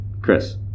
Chris